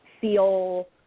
feel